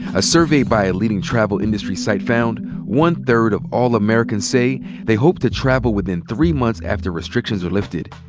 a survey by a leading travel industry site found one third of all americans say they hope to travel within three months after restrictions are lifted.